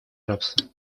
рабства